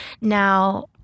now